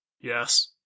Yes